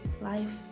life